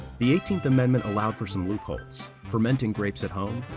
the eighteenth amendment allowed for some loopholes fermenting grapes at home,